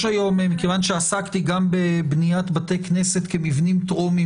יש היום כיוון שעסקתי גם בבניית בתי כנסת כמבנים טרומיים